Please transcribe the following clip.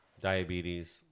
diabetes